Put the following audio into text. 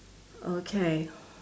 okay